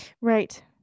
Right